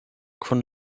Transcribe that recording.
kun